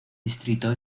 distrito